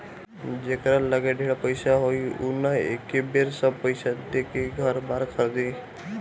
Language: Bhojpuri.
जेकरा लगे ढेर पईसा होई उ न एके बेर सब पईसा देके घर बार खरीदी